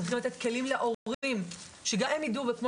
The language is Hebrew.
צריכים לתת כלים להורים שגם הם ידעו וכמו